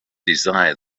desire